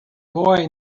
boy